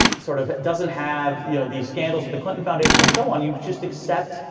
sort of doesn't have you know these scandals of the clinton foundation, and so on. you just accept,